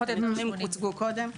הנתונים גם הוצגו קודם.